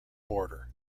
border